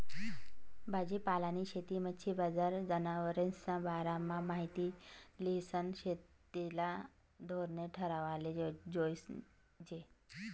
भाजीपालानी शेती, मच्छी बजार, जनावरेस्ना बारामा माहिती ल्हिसन शेतीना धोरणे ठरावाले जोयजे